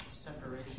Separation